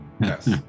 Yes